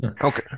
Okay